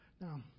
Now